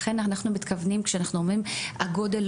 אכן אנחנו מתכוונים כשאנחנו אומרים הגודל,